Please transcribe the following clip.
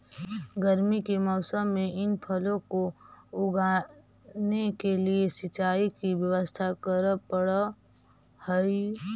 गर्मी के मौसम में इन फलों को उगाने के लिए सिंचाई की व्यवस्था करे पड़अ हई